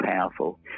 powerful